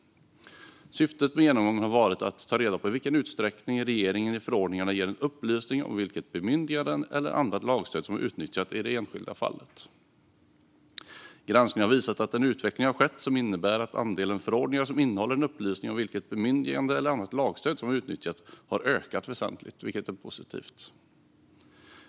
Syftet med genomgången har varit att ta reda på i vilken utsträckning regeringen i förordningarna ger en upplysning om vilket bemyndigande eller annat lagstöd som har utnyttjats i det enskilda fallet. Granskningen har visat att en utveckling har skett som innebär att andelen förordningar som innehåller en upplysning om vilket bemyndigande eller annat lagstöd som har utnyttjats har ökat väsentligt, vilket är positivt.